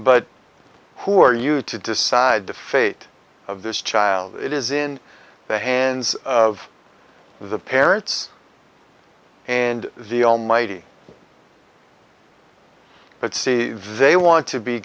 are you to decide the fate of this child it is in the hands of the parents and the almighty but see they want to be